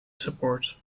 support